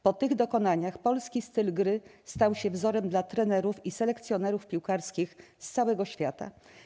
Po tych dokonaniach polski styl gry stał się wzorem dla trenerów i selekcjonerów piłkarskich z całego świata.